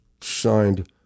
signed